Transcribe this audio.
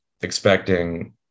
expecting